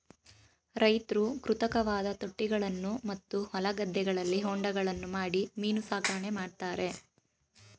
ರೈತ್ರು ಕೃತಕವಾದ ತೊಟ್ಟಿಗಳನ್ನು ಮತ್ತು ಹೊಲ ಗದ್ದೆಗಳಲ್ಲಿ ಹೊಂಡಗಳನ್ನು ಮಾಡಿ ಮೀನು ಸಾಕಣೆ ಮಾಡ್ತರೆ